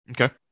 Okay